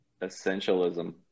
Essentialism